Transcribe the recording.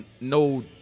No